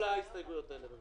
ההסתייגות לא התקבלה.